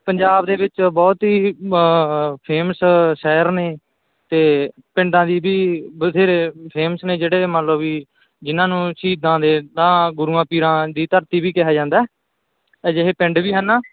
ਪੰਜਾਬ ਦੇ ਵਿੱਚ ਬਹੁਤ ਹੀ ਫੇਮਸ ਸ਼ਹਿਰ ਨੇ ਅਤੇ ਪਿੰਡਾਂ ਦੀ ਵੀ ਬਥੇਰੇ ਫੇਮਸ ਨੇ ਜਿਹੜੇ ਮੰਨ ਲਓ ਵੀ ਜਿੰਨ੍ਹਾਂ ਨੂੰ ਸ਼ਹੀਦਾਂ ਦੇ ਤਾਂ ਗੁਰੂਆਂ ਪੀਰਾਂ ਦੀ ਧਰਤੀ ਵੀ ਕਿਹਾ ਜਾਂਦਾ ਅਜਿਹੇ ਪਿੰਡ ਵੀ ਹਨ